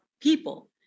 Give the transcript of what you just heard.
people